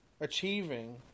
achieving